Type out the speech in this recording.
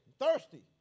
thirsty